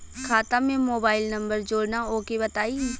खाता में mobile number जोड़ना ओके बताई?